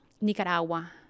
Nicaragua